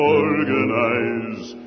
organize